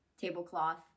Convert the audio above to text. tablecloth